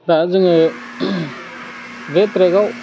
दा जोङो बे ट्रेकाव